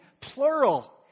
plural